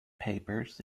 papers